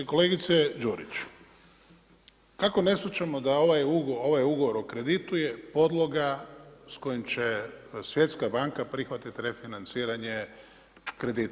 Kolegice Đurić, kako ne shvaćamo da ovaj ugovor o kreditu je podloga s kojim će Svjetska banka prihvatiti refinanciranje kredita.